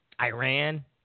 Iran